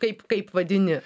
kaip kaip vadini